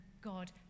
God